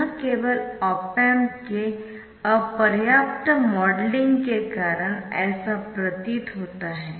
यह केवल op amp के अपर्याप्त मॉडलिंग के कारण ऐसा प्रतीत होता है